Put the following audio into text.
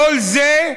וכל זה,